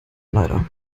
leider